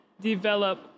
develop